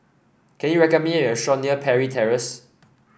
can you recommend me a restaurant near Parry Terrace